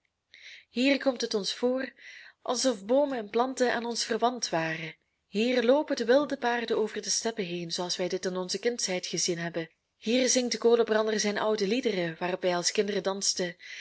hier komt het ons voor alsof boomen en planten aan ons verwant waren hier loopen de wilde paarden over de steppen heen zooals wij dit in onze kindsheid gezien hebben hier zingt de kolenbrander zijn oude liederen waarop wij als kinderen dansten